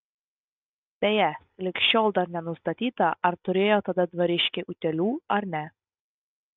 beje lig šiol dar nenustatyta ar turėjo tada dvariškiai utėlių ar ne